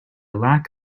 lack